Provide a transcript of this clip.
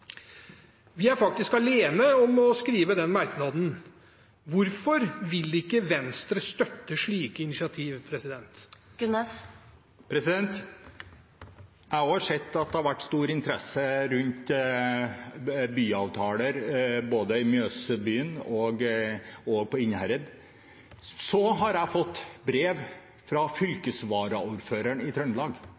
Vi er faktisk alene om å skrive den merknaden. Hvorfor vil ikke Venstre støtte slike initiativ? Også jeg har sett at det har vært stor interesse rundt byavtaler både i Mjøsbyen og på Innherred. Så har jeg fått brev fra fylkesvaraordføreren i Trøndelag.